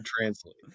translate